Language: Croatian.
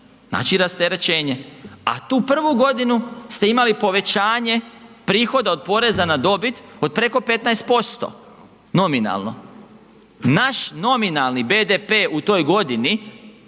znači rasterečenje. A tu prvu godinu ste imali povećanje prihoda od poreza na dobit od preko 15% nominalno. Naš nominalni BDP u toj godini